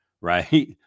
right